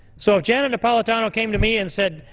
so if janet napolitano came to me and said,